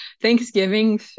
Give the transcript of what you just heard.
Thanksgiving